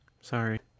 sorry